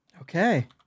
Okay